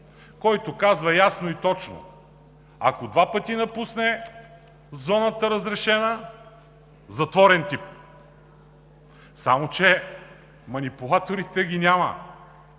който казва ясно и точно: ако два пъти напусне разрешената зона – затворен тип! Само че манипулаторите ги няма